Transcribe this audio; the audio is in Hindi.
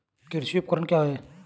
कृषि उपकरण क्या है?